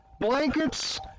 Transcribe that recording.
blankets